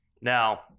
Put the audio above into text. Now